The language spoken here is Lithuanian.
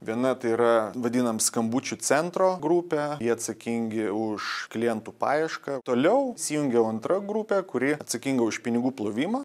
viena tai yra vadinam skambučių centro grupe jie atsakingi už klientų paiešką toliau įsijungia jau antra grupė kuri atsakinga už pinigų plovimą